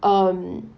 um